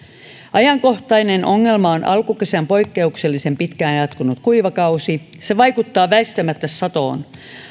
ajankohtainen ongelma on alkukesän poikkeuksellisen pitkään jatkunut kuiva kausi se vaikuttaa väistämättä satoon